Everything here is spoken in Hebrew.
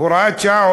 הוראת שעה,